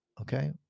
Okay